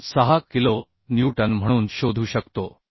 26 kilo newton म्हणून शोधू शकतो